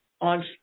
On